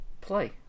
play